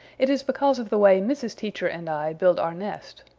it is because of the way mrs. teacher and i build our nest.